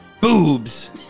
boobs